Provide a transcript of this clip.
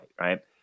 right